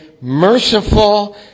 merciful